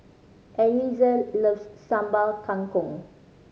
Eliezer loves Sambal Kangkong